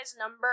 number